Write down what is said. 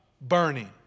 burning